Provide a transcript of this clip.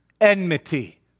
enmity